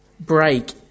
Break